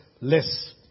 less